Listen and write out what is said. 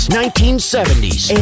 1970s